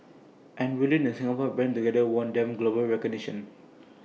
and building the Singapore brand together won them global recognition